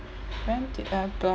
when did I